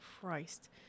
Christ